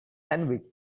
sandwich